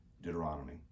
Deuteronomy